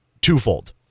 twofold